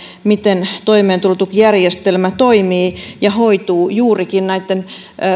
miten toimeentulotukijärjestelmä toimii ja hoituu juurikin näitten